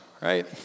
right